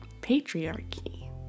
patriarchy